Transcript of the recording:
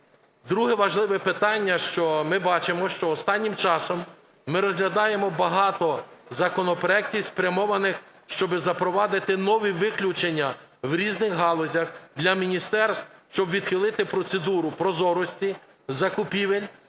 Друге важливе питання, що ми бачимо, що останнім часом ми розглядаємо багато законопроектів, спрямованих, щоб запровадити нові виключення в різних галузях для міністерств, щоб відхилити процедуру прозорості закупівель.